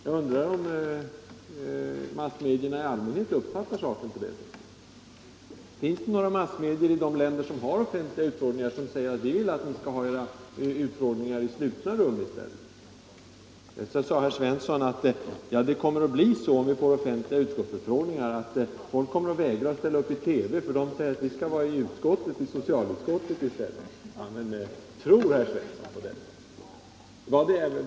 Jag undrar om företrädare för massmedierna i allmänhet uppfattar saken på det sättet. Finns det några massmedier i de länder som har offentliga utfrågningar som tycker att utskotten i stället skall ha sina utfrågningar i slutna rum? Sedan sade herr Svensson att det kommer att bli så, om vi får offentliga utskottsutfrågningar, att folk kommer att vägra att ställa upp i TV under hänvisning till att de skall vara med i socialutskottet. Tror herr Svensson på detta?